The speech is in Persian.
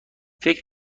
فکر